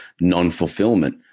non-fulfillment